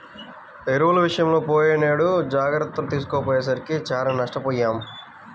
ఎరువుల విషయంలో పోయినేడు జాగర్తలు తీసుకోకపోయేసరికి చానా నష్టపొయ్యాం